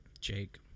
Jake